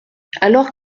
alors